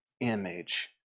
image